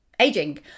aging